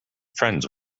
friends